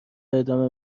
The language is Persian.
ادامه